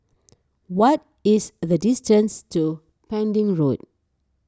what is the distance to Pending Road